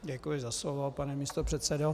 Děkuji za slovo, pane místopředsedo.